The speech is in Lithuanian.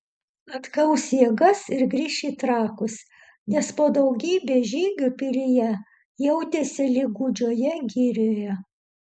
atgaus jėgas ir grįš į trakus nes po daugybės žygių pilyje jautėsi lyg gūdžioje girioje